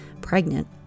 pregnant